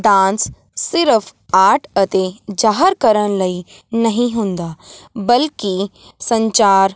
dance ਸਿਰਫ art ਅਤੇ ਜਾਹਰ ਕਰਨ ਲਈ ਨਹੀਂ ਹੁੰਦਾ ਬਲਕਿ ਸੰਚਾਰ